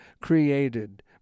created